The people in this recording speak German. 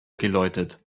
geläutet